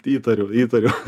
įtariu įtariu